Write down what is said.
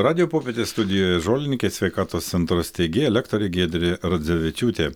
radijo popietės studijoj žolininkė sveikatos centro steigėja lektorė giedrė radzevičiūtė